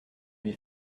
lui